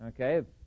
Okay